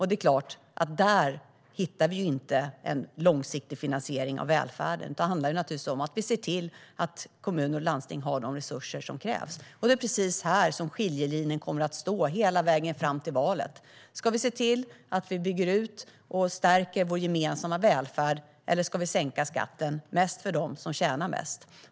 Det är klart att vi där inte hittar en långsiktig finansiering av välfärden. Det handlar om att vi ser till att kommuner och landsting har de resurser som krävs. Det är precis här som skiljelinjen kommer att stå hela vägen fram till valet. Ska vi se till att vi bygger ut och stärker vår gemensamma välfärd, eller ska vi sänka skatten mest för dem som tjänar mest?